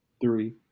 Three